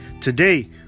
Today